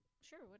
sure